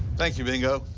thank you, bingo.